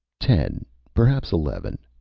ten perhaps eleven.